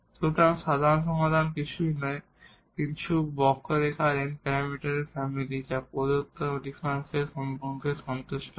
সুতরাং সাধারণ সমাধান কিছুই নয় কিন্তু কার্ভর n প্যারামিটার ফ্যামিলি যা প্রদত্ত ডিফারেনশিয়াল সমীকরণকে সন্তুষ্ট করে